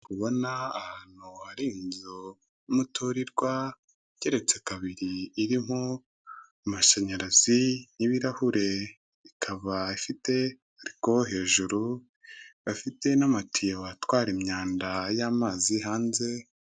Ndikubona ahantu hari inzu y'imiturirwa igeretse kabiri iririmo amashanyarazi n'ibirahure ikaba ifiteko hejuru bafite n'amatiyo atwara imyanda y'amazi hanze.